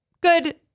good